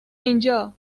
اینجا